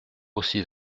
aussi